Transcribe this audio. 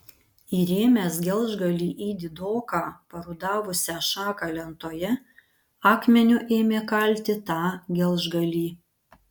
įrėmęs gelžgalį į didoką parudavusią šaką lentoje akmeniu ėmė kalti tą gelžgalį